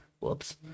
Whoops